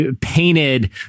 painted